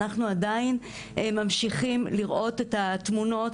אנחנו עדין ממשיכים לראות את התמונות